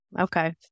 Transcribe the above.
okay